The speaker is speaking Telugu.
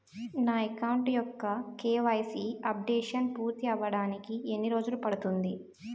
నా అకౌంట్ యెక్క కే.వై.సీ అప్డేషన్ పూర్తి అవ్వడానికి ఎన్ని రోజులు పడుతుంది?